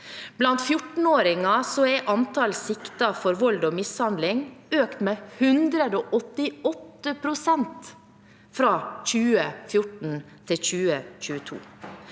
Blant 14-åringer har antallet som er siktet for vold og mishandling, økt med 188 pst. fra 2014 til 2022.